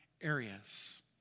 areas